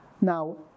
Now